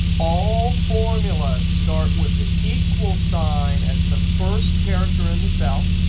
all formulas start with an equal sign as the first character in the cell.